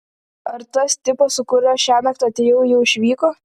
ar tas tipas su kuriuo šiąnakt atėjau jau išvyko